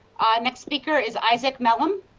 next speaker is isaac malcolm.